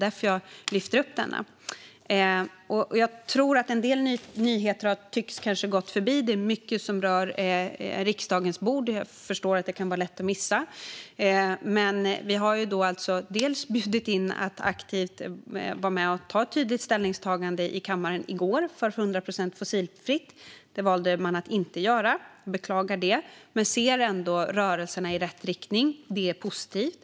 Därför lyfte jag upp det. En del nyheter har kanske gått förbi. Jag förstår att det kan vara lätt att missa; det finns ju mycket på riksdagens bord. Dels hade vi bjudit in till att aktivt och tydligt ta ställning för 100 procent fossilfritt i kammaren i går. Det valde man att inte göra, och jag beklagar det. Men jag ser ändå rörelser i rätt riktning, vilket är positivt.